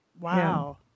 Wow